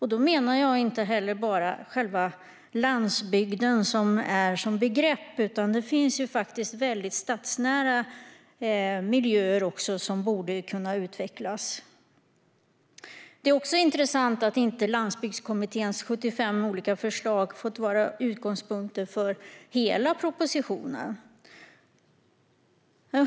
Jag menar inte bara själva landsbygden som begrepp, utan det finns även stadsnära miljöer som borde kunna utvecklas. Det är också intressant att Landsbygdskommitténs 75 olika förslag inte har fått vara utgångspunkt för hela propositionen.